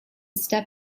step